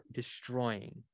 destroying